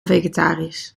vegetarisch